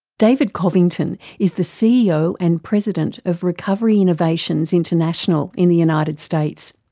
david covington is the ceo and president of recovery innovations international in the united states,